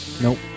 nope